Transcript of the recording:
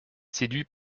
séduit